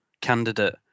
candidate